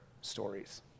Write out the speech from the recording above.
stories